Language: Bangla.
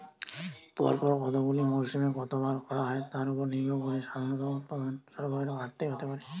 পরপর কতগুলি মরসুমে কতবার খরা হয় তার উপর নির্ভর করে সাধারণত উৎপাদন সরবরাহের ঘাটতি হতে পারে